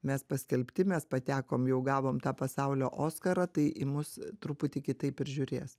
mes paskelbti mes patekom jau gavom tą pasaulio oskarą tai į mus truputį kitaip ir žiūrės